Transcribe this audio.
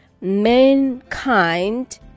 mankind